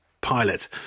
pilot